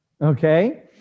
okay